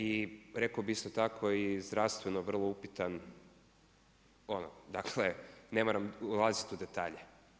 I rekao bih isto tako i zdravstveno vrlo upitan ono dakle ne moram ulazit u detalje.